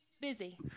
Busy